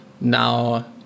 now